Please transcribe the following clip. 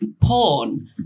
porn